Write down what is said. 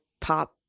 pop